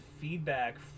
feedback